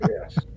Yes